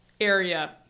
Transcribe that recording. area